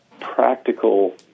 practical